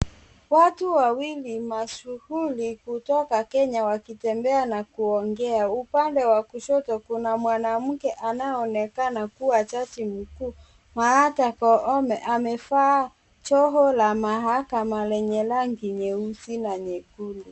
Watu wawili mashuhuri kutoka Kenya wakitembea na kuongea. Upande wa kushoto kuna mwanamke anayeonekana kuwa jaji mkuu Martha Koome amevaa joho la mahakama lenye rangi nyeusi na nyekundu.